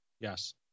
Yes